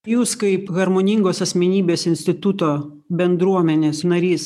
jūs kaip harmoningos asmenybės instituto bendruomenės narys